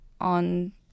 on